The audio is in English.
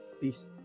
peace